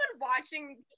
watching